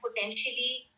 potentially